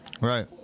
Right